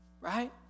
Right